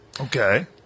Okay